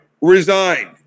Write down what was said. resigned